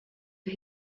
for